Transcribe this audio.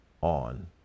on